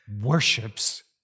worships